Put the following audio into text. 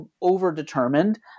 over-determined